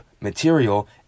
material